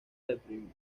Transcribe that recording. deprimido